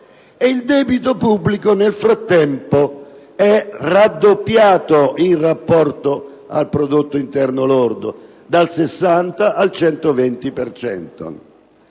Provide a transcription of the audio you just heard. il debito pubblico, nel frattempo, è raddoppiato in rapporto al prodotto interno lordo, passando dal 60 al 120